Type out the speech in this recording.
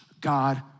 God